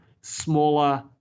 smaller